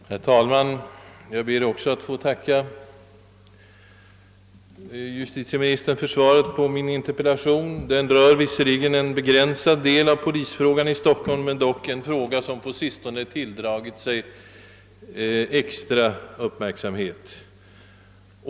Herr talman! Jag ber också att få tacka justitieministern för svaret på min interpellation. Den berör visserligen en begränsad del av polisproblemet i Stockholm men dock en fråga, som på sistone tilldragit sig extra uppmärksamhet.